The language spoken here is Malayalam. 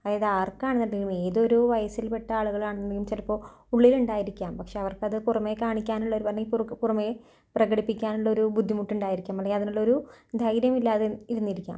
അതായത് ആര്ക്കാണ് എന്നുണ്ടെങ്കിലും ഏതൊരു വയസില് പെട്ട ആളുകളാണെങ്കിലും ചിലപ്പോൾ ഉള്ളിലുണ്ടായിരിക്കാം പക്ഷേ അവര്ക്കത് പുറമേ കാണിക്കാനുള്ള അല്ലെങ്കില് പുറക്ക് പുറമേ പ്രകടിപ്പിക്കാനുള്ള ഒരു ബുദ്ധിമുട്ടുണ്ടായിരിക്കും അല്ലെങ്കിൽ അതിനുള്ള ഒരു ധൈര്യം ഇല്ലാതെ ഇരുന്നിരിക്കാം